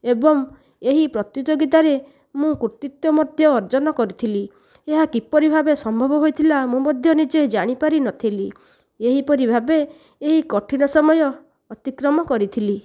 ଏବଂ ଏହି ପ୍ରତିଯୋଗିତାରେ ମୁଁ କୃତିତ୍ୱ ମଧ୍ୟ ଅର୍ଜନ କରିଥିଲି ଏହା କିପରି ଭାବେ ସମ୍ଭବ ହୋଇଥିଲା ମୁଁ ମଧ୍ୟ ନିଜେ ଜାଣି ପାରିନଥିଲି ଏହି ପରି ଭାବେ ଏହି କଠିନ ସମୟ ଅତିକ୍ରମ କରିଥିଲି